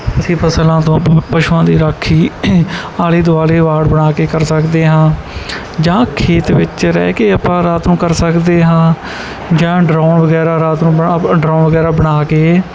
ਅਸੀਂ ਫ਼ਸਲਾਂ ਤੋਂ ਪਸ਼ੂਆਂ ਦੀ ਰਾਖੀ ਆਲੇ ਦੁਆਲੇ ਵਾੜ ਬਣਾ ਕੇ ਕਰ ਸਕਦੇ ਹਾਂ ਜਾਂ ਖੇਤ ਵਿੱਚ ਰਹਿ ਕੇ ਆਪਾਂ ਰਾਤ ਨੂੰ ਕਰ ਸਕਦੇ ਹਾਂ ਜਾਂ ਡਰਾਉਣ ਵਗੈਰਾ ਰਾਤ ਨੂੰ ਬਣਾ ਡਰਾਉਣ ਵਗੈਰਾ ਬਣਾ ਕੇ